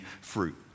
fruit